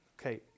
Okay